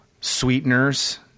sweeteners